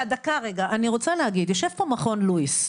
--- אני רוצה להגיד שיושב פה מכון לואיס.